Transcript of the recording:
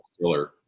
killer